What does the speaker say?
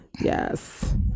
yes